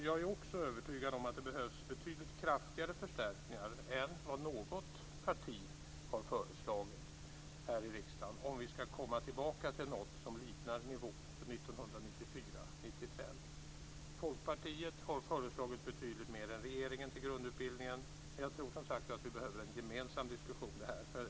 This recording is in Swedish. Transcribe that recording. Jag är också övertygad om att det behövs betydligt kraftigare förstärkningar än vad något parti har föreslagit här i riksdagen, om vi ska komma tillbaka till något som liknar nivån för 1994/95. Folkpartiet har föreslagit betydligt mer än regeringen har gjort till grundutbildningen. Jag tror som sagt att vi behöver en gemensam diskussion här.